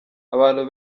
abantu